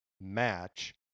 match